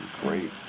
great